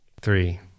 Three